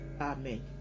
Amen